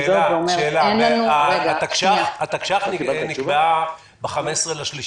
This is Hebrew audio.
התקש"ח נקבעה ב-15 במרץ.